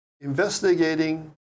investigating